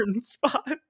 spot